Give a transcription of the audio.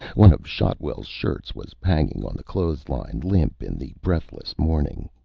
one of shotwell's shirts was hanging on the clothes-line, limp in the breathless morning.